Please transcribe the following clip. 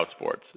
Outsports